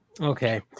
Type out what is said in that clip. Okay